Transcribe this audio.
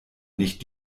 nicht